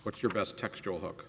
what's your best textual hook